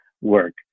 work